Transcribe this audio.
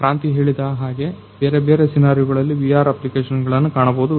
ಕ್ರಾಂತಿ ಹೇಳಿದ ಹಾಗೆ ಬೇರೆ ಬೇರೆ ಸಿನಾರಿಯೋಗಳಲ್ಲಿ ವಿಆರ್ ಅಪ್ಲಿಕೇಶನ್ಗಳನ್ನ ಕಾಣಬಹುದು